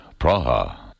Praha